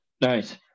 nice